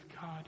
God